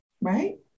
right